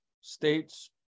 states